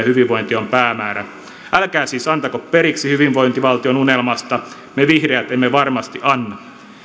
hyvinvointi on päämäärä älkää siis antako periksi hyvinvointivaltion unelmasta me vihreät emme varmasti anna